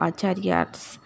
Acharya's